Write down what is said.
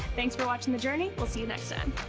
thanks for watching the journey. we'll see you next and